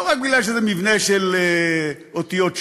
לא רק בגלל שזה מבנה של אותיות שורש,